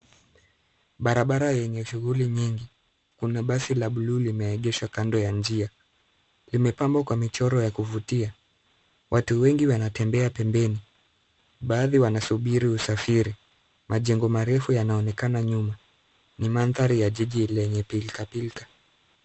Barabara yenye shughuli nyingi. Kuna basi la buluu limeegeshwa kando ya njia. Limepambwa kwa michoro ya kuvutia. Watu wengi wanatembea pembeni. Baadhi wanasubiri usafiri. Majengo marefu yanaonekana nyuma. Ni mandhari ya jiji lenye pilka pilka.